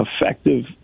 effective